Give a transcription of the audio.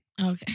Okay